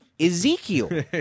Ezekiel